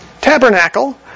tabernacle